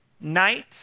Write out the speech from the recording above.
night